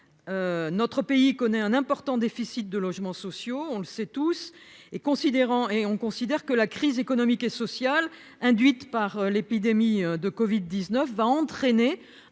notre pays connaît un important déficit de logements sociaux, on le sait tous, et considérant et on considère que la crise économique et sociale induite par l'épidémie de Covid 19 va entraîner